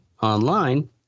online